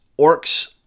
orcs